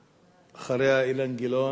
אחריה, אילן גילאון.